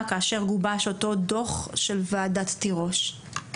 כאשר גובש אותו דוח של ועדת תירוש.